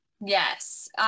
yes